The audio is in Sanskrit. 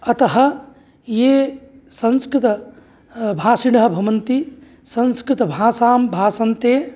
अतः ये संस्कृत भाषिणः भवन्ति संस्कृतभाषा भाषन्ते